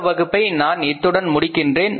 இந்த வகுப்பை நான் இத்துடன் முடிக்கின்றேன்